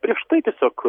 prieš tai tiesiog